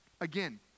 Again